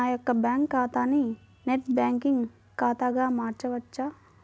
నా యొక్క బ్యాంకు ఖాతాని నెట్ బ్యాంకింగ్ ఖాతాగా మార్చవచ్చా?